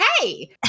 hey